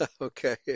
Okay